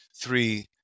three